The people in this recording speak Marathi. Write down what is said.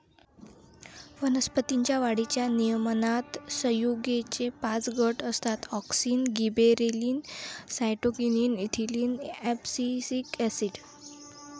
वनस्पतीं च्या वाढीच्या नियमनात संयुगेचे पाच गट असतातः auxin, gibberellin, cytokinin, ethylene, abscisic acid